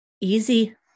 easy